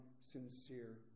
sincere